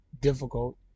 difficult